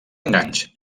enganys